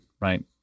right